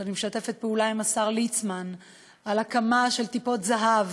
אני משתפת פעולה עם השר ליצמן על הקמה של טיפות-זהב